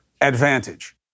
advantage